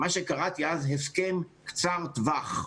מה שקראתי לו אז "הסכם קצר טווח".